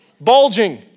Bulging